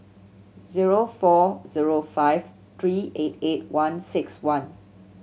zero four zero five three eight eight one six one